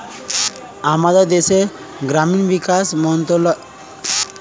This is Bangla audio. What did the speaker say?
আমাদের দেশের গ্রামীণ বিকাশ মন্ত্রণালয় গ্রামীণ অঞ্চল গুলোর উন্নতি দেখে